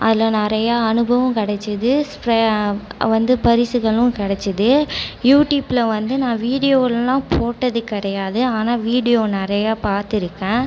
அதில் நிறையா அனுபவம் கிடச்சிது ஸ்ப்ரே வந்து பரிசுகளும் கிடச்சிது யூடியூப்பில் வந்து நான் வீடியோ எல்லாம் போட்டது கிடையாது ஆனால் வீடியோ நிறையா பார்த்துருக்கன்